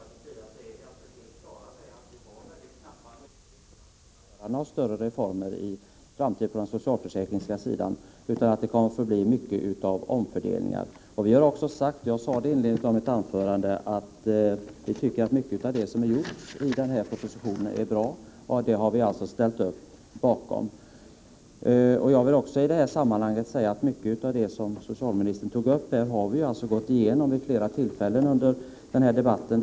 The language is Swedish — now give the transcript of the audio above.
Herr talman! Inom folkpartiet är vi absolut på det klara med att det blir få möjligheter att genomföra några större reformer i framtiden på socialförsäkringssidan, och att det kommer att få göras mycket av omfördelningar. Vi har också sagt — och jag framhöll detta i mitt inledningsanförande — att vi tycker att mycket av det som föreslagits i propositionen är bra — det har vi alltså ställt upp bakom. Jag vill också i detta sammanhang påpeka att mycket av vad socialministern tog upp har vi gått igenom vid flera tillfällen under den här debatten.